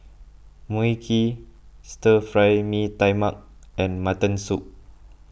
Mui Kee Stir Fry Mee Tai Mak and Mutton Soup